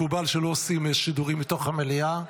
מקובל שלא עושים שידורים בתוך המליאה.